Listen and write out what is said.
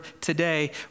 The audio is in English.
today